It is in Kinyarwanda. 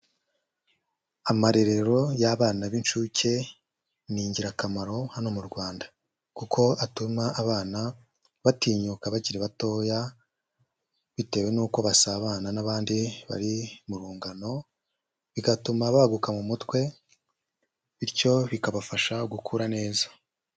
Amarerero y'abana b'inshuke ni ingirakamaro hano mu Rwanda kuko atuma abana batinyuka bakiri batoya bitewe n'uko basabana n'abandi bari mu rungano, bigatuma baguka mu mutwe bityo bikabafasha gukura neza.